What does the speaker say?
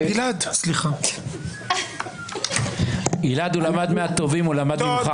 גלעד, הוא למד מהטובים, הוא למד ממך.